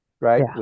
Right